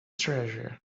treasure